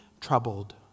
troubled